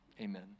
Amen